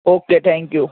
okay thank you